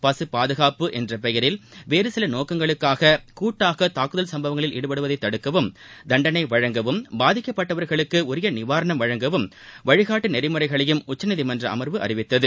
பக பாதுகாப்பு என்ற பெயரில் வேறு சில நோக்கங்களுக்காக கூட்டாக தாக்குதல் சும்பவங்களில் ஈடுபடுவதை தடுக்கவும் தண்டனை வழங்கவும் பாதிக்கப்பட்டவர்களுக்கு உரிய நிவாரணம் வழங்கவும் வழிகாட்டு நெறிமுறைகளையும் உச்சநீதிமன்ற அமர்வு அறிவித்தது